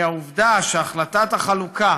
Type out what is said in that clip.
כי העובדה שהחלטת החלוקה